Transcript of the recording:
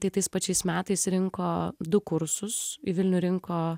tai tais pačiais metais rinko du kursus į vilnių rinko